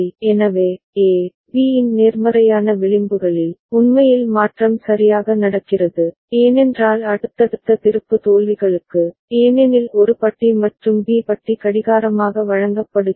எனவே A B இன் நேர்மறையான விளிம்புகளில் உண்மையில் மாற்றம் சரியாக நடக்கிறது ஏனென்றால் அடுத்தடுத்த திருப்பு தோல்விகளுக்கு ஏனெனில் ஒரு பட்டி மற்றும் B பட்டி கடிகாரமாக வழங்கப்படுகிறது